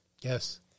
Yes